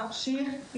אמשיך,